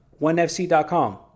onefc.com